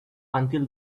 until